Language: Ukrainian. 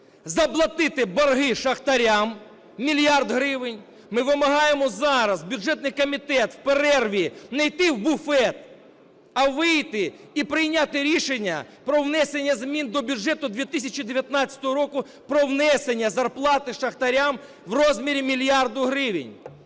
заплатити борги шахтарям - мільярд гривень. Ми вимагаємо зараз, бюджетний комітет, в перерві не йти в буфет, а вийти і прийняти рішення про внесення змін до бюджету 2019 року про внесення зарплати шахтарям в розмірі мільярда гривень.